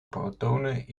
protonen